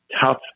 tough